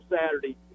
Saturday